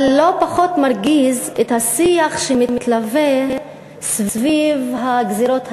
אבל לא פחות מרגיז השיח שמתלווה לגזירות האלה.